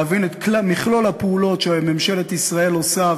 להבין את מכלול הפעולות שממשלת ישראל עושה,